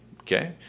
okay